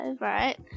Right